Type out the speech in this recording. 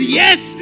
yes